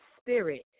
spirit